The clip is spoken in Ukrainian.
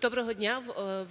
10:44:46